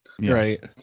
Right